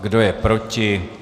Kdo je proti?